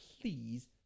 please